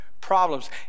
problems